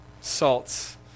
Salts